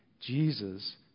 Jesus